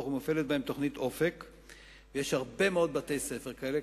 ומופעלת בהם תוכנית "אופק חדש" יש הרבה מאוד בתי-ספר כאלה,